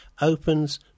opens